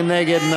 מי נגד?